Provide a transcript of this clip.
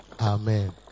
amen